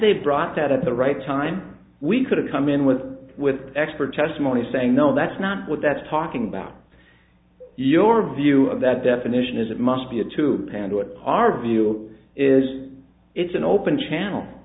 they brought that at the right time we could have come in with with expert testimony saying no that's not what that's talking about your view of that definition is it must be a to pander what our view is it's an open channel